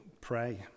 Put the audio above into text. pray